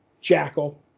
jackal